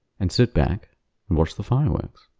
and sit back and watch the fireworks